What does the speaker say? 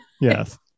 yes